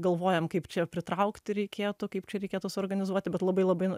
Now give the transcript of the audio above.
galvojam kaip čia pritraukti reikėtų kaip čia reikėtų suorganizuoti bet labai labai nu